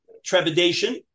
Trepidation